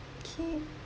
okay